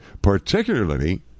particularly